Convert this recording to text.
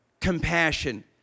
compassion